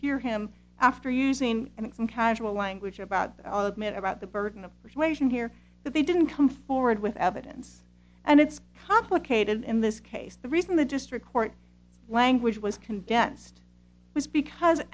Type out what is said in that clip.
hear him after using and some casual language about men about the burden of persuasion here that they didn't come forward with evidence and it's complicated in this case the reason the district court language was condensed was because